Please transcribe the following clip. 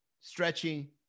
stretchy